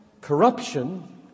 corruption